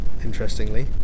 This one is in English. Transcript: interestingly